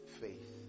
faith